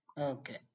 Okay